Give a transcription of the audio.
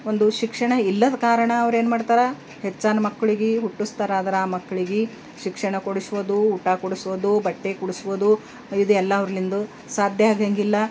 ಒಂದು ಶಿಕ್ಷಣ ಇಲ್ಲದ ಕಾರಣ ಅವ್ರೇನು ಮಾಡ್ತಾರೆ ಹೆಚ್ಚಾನು ಮಕ್ಳಿಗೆ ಹುಟ್ಟಿಸ್ತಾರ ಆದರೆ ಆ ಮಕ್ಳಿಗೆ ಶಿಕ್ಷಣ ಕೊಡಿಸುವದು ಊಟ ಕೊಡಿಸೋದು ಬಟ್ಟೆ ಕೊಡಿಸೋದು ಇದೆಲ್ಲ ಅವ್ರಿಂದ್ಲು ಸಾಧ್ಯ ಆಗೋದಿಲ್ಲ